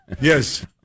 Yes